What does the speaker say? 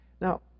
Now